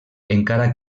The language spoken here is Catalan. encara